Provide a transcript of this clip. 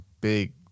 big